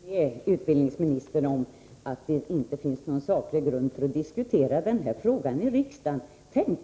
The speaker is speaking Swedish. Herr talman! Jag håller inte riktigt med utbildningsministern om att det inte finns någon saklig grund för att diskutera den här frågan i riksdagen. Tänk,